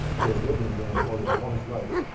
he has lived in grand portage all his life,